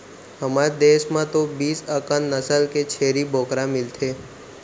हमर देस म तो बीस अकन नसल के छेरी बोकरा मिलथे